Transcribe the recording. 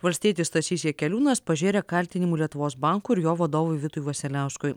valstietis stasys jakeliūnas pažėrė kaltinimų lietuvos bankui ir jo vadovui vitui vasiliauskui